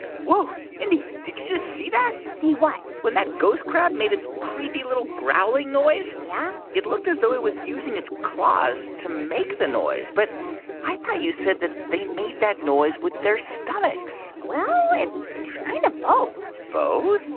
whoa. mindy, did you just see that? see what? when that ghost crab made its creepy, little growling noise. yeah. it looked as though it was using its claws to make the noise. but i thought you said that they made that noise with their stomachs well, it's kind of both both?